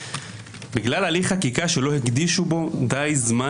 בגלל הליך חקיקה שלא הקדישו בו די זמן